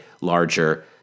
larger